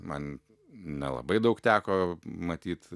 man nelabai daug teko matyt